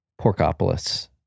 Porkopolis